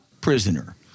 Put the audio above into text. prisoner